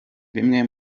bimwe